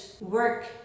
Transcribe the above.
work